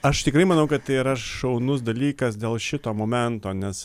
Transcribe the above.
aš tikrai manau kad tai yra šaunus dalykas dėl šito momento nes